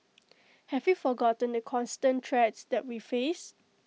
have we forgotten the constant threats that we face